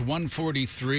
143